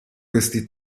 questi